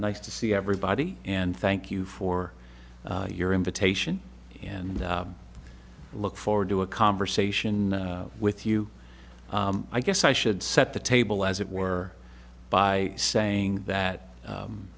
nice to see everybody and thank you for your invitation and look forward to a conversation with you i guess i should set the table as it were by saying that